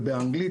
ובאנגלית,